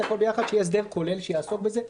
הכול ביחד כדי שיהיה הסדר כולל שיעסוק בזה.